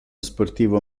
sportivo